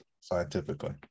scientifically